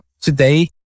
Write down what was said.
today